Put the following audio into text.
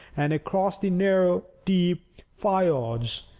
and across the narrow, deep fiords,